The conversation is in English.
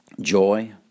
joy